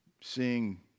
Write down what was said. seeing